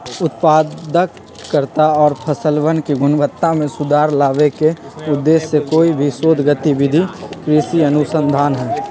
उत्पादकता और फसलवन के गुणवत्ता में सुधार लावे के उद्देश्य से कोई भी शोध गतिविधि कृषि अनुसंधान हई